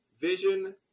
Vision